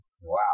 Wow